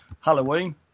Halloween